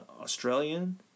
Australian